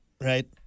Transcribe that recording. Right